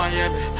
Miami